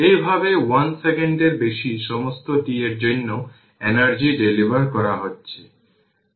এইভাবে 1 সেকেন্ডের বেশি সমস্ত t এর জন্য এনার্জি ডেলিভার করা হচ্ছে